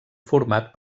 format